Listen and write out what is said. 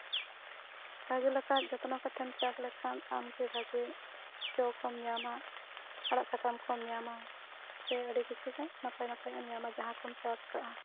ᱵᱷᱟᱜᱮ ᱞᱮᱠᱟ ᱡᱚᱛᱱᱚ ᱠᱟᱛᱮᱢ ᱪᱟᱥ ᱞᱮᱠᱷᱱᱟ ᱟᱢ ᱜᱮ ᱵᱷᱟᱜᱮ ᱡᱚ ᱠᱚᱢ ᱧᱟᱢᱟ ᱟᱲᱟᱜ ᱥᱟᱠᱟᱢ ᱠᱚᱢ ᱧᱟᱢᱟ ᱥᱮ ᱟᱹᱰᱤ ᱠᱤᱪᱷᱩ ᱜᱮ ᱱᱟᱯᱟᱭ ᱱᱟᱯᱟᱭᱟᱜ ᱮᱢ ᱧᱟᱢᱟ ᱡᱟᱦᱟᱸ ᱠᱚᱢ ᱪᱟᱥ ᱠᱟᱜᱼᱟ